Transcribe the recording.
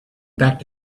back